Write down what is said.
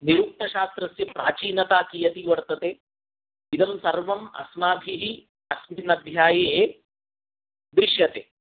निरुक्तशास्त्रस्य प्राचीनता कीयती वर्तते इदं सर्वम् अस्माभिः अस्मिन् अध्याये दृश्यते